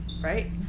right